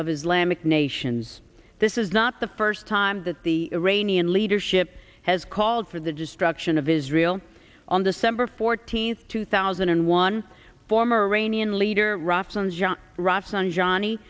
of islamic nations this is not the first time that the iranian leadership has called for the destruction of israel on december fourteenth two thousand and one former anian leader